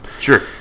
Sure